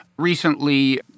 recently